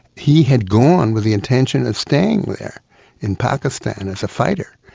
he had gone with the intention of staying there in pakistan as a fighter,